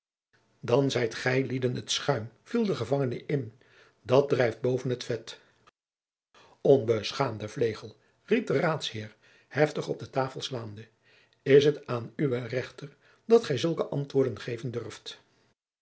dan zijt gijlieden t schuim viel de gevangene in dat drijft boven t vet onbeschaamde vlegel riep de raadsheer heftig op de tafel slaande is het aan uwen rechter dat gij zulke antwoorden geven durft